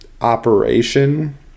operation